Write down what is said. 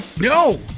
No